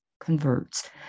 converts